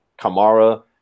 Kamara